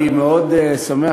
אני מאוד שמח,